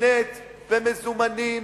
נקנית במזומנים,